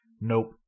nope